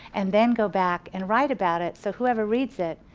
and then go back and write about it. so whoever reads it,